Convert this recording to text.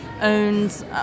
owns